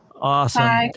Awesome